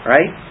Right